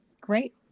Great